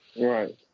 Right